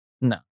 No